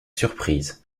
surprise